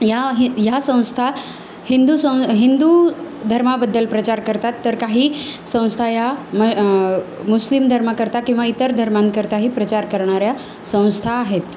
या हि ह्या संस्था हिंदू सं हिंदू धर्माबद्दल प्रचार करतात तर काही संस्था या म मुस्लिम धर्माकरता किंवा इतर धर्मांकरताही प्रचार करणाऱ्या संस्था आहेत